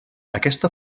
aquesta